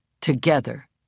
together